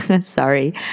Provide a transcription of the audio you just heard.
sorry